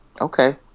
Okay